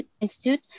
Institute